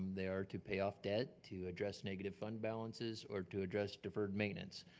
they are to pay off debt to address negative fund balances or to address deferred maintenance.